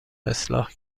اصلاح